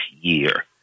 year